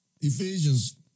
Ephesians